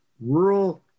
rural